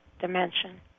Dimension